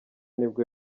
nibwo